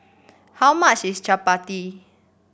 how much is chappati